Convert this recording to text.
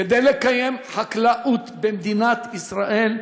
כדי לקיים חקלאות במדינת ישראל,